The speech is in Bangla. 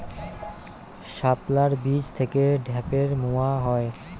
শাপলার বীজ থেকে ঢ্যাপের মোয়া হয়?